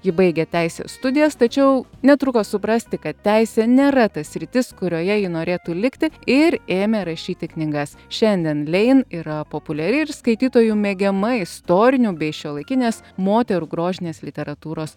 ji baigė teisės studijas tačiau netruko suprasti kad teisė nėra ta sritis kurioje ji norėtų likti ir ėmė rašyti knygas šiandien lein yra populiari ir skaitytojų mėgiama istorinių bei šiuolaikinės moterų grožinės literatūros